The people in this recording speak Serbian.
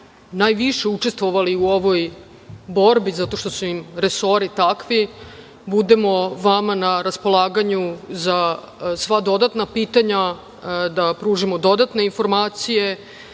najviše učestvovali u ovoj borbi zato što su im resori takvi, budemo vama na raspolaganju za sva dodatna pitanja, da pružimo dodatne informacije